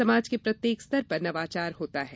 समाज के प्रत्येक स्तर पर नवाचार होता है